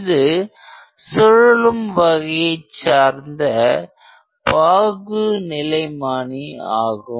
இது சுழலும் வகையை சார்ந்த பாகுநிலைமானி ஆகும்